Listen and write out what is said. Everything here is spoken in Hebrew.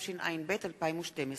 התשע"ב 2012,